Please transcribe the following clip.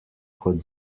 kot